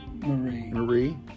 Marie